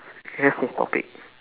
let's change topic